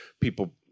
people